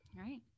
right